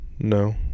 No